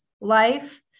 life